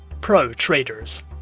pro-traders